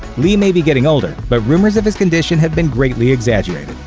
li may be getting older, but rumors of his condition have been greatly exaggerated.